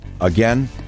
again